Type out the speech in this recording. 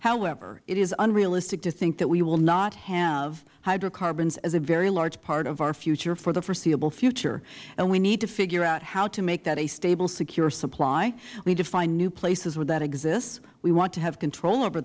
however it is unrealistic to think that we will not have hydrocarbons as a very large part of our future for the foreseeable future and we need to figure out how to make that a stable secure supply we need to find new places where that exists we want to have control over